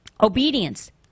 Obedience